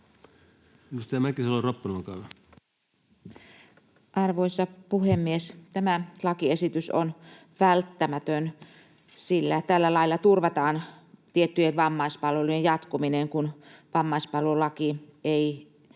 Arvoisa puhemies! Tämä lakiesitys on välttämätön, sillä tällä lailla turvataan tiettyjen vammaispalvelujen jatkuminen, kun vammaispalvelulakia ei